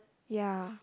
ya